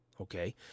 Okay